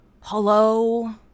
Hello